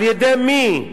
על-ידי מי?